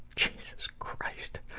jesus christ.